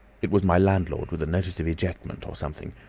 it was my landlord, with a notice of ejectment or something.